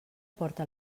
porta